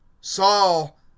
Saul